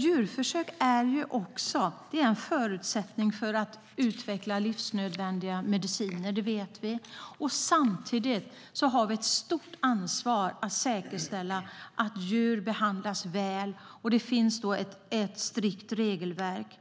Djurförsök är nämligen en förutsättning för att utveckla livsnödvändiga mediciner. Det vet vi. Samtidigt har vi ett stort ansvar att säkerställa att djur behandlas väl. Det finns då ett strikt regelverk.